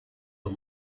are